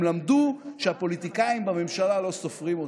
הם למדו שהפוליטיקאים בממשלה לא סופרים אותם,